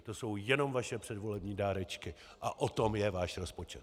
To jsou jenom vaše předvolební dárečky a o tom je váš rozpočet.